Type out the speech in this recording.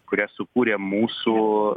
kurią sukūrė mūsų